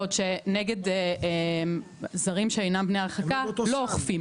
בעוד שנגד זרים שאינם בני הרחקה לא אוכפים,